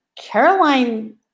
Caroline